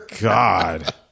God